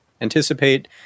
anticipate